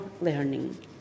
learning